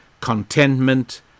contentment